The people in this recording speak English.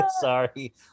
sorry